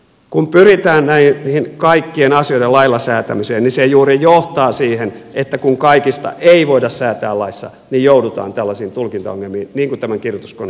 kun pyritään tähän kaikkien asioiden lailla säätämiseen niin se juuri johtaa siihen että kun kaikista ei voida säätää laissa niin joudutaan tällaisiin tulkintaongelmiin niin kuin tämän kirjoituskoneen kanssa on jouduttu